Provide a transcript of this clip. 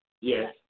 Yes